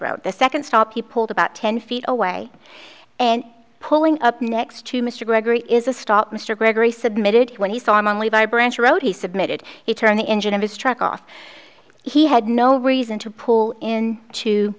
out the second stop he pulled about ten feet away and pulling up next to mr gregory is a stop mr gregory submitted when he saw a man leave by branch road he submitted he turned the engine of his truck off he had no reason to pull in to